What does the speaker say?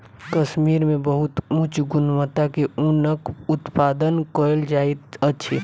कश्मीर मे बहुत उच्च गुणवत्ता के ऊनक उत्पादन कयल जाइत अछि